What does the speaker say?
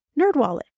Nerdwallet